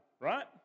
Right